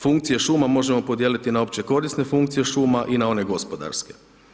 Funkcije šuma možemo podijeliti na opće korisne funkcije šuma i na one gospodarske.